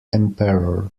emperor